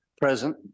present